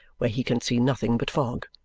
where he can see nothing but fog.